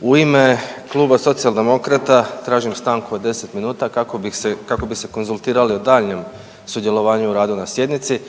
U ime kluba Socijaldemokrata tražim stanku od 10 minuta kako bi se konzultirali o daljnjem sudjelovanju u radu na sjednici